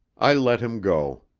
i let him go.